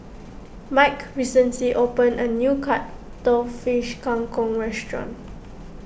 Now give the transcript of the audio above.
Mike recently opened a new Cuttlefish Kang Kong restaurant